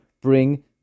bring